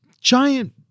giant